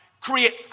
Create